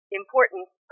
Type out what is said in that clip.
importance